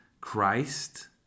Christ